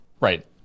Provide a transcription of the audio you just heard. right